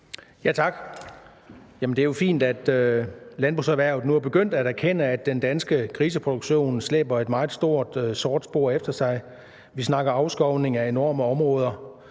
Tak. Det er jo fint, at landbrugserhvervet nu er begyndt at erkende, at den danske griseproduktion slæber et meget stort, sort spor efter sig. Vi snakker afskovning af enorme områder,